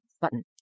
button